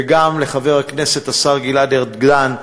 וגם לחבר הכנסת השר גלעד ארדן,